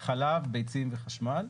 חלב, ביצים וחשמל,